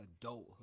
adulthood